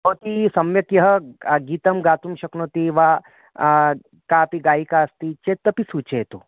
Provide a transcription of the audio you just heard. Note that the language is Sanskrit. भवती सम्यक् यः गीतं गातुं शक्नोति वा कापि गायिका अस्ति चेदपि सूचयतु